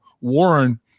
Warren